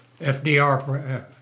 FDR